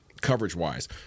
coverage-wise